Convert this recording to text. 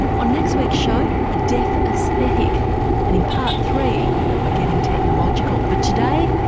on next week's show a deaf aesthetic and in part three we're getting technological but today,